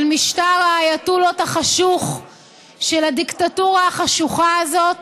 משטר האייתולות החשוך של הדיקטטורה החשוכה הזאת